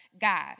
God